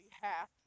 behalf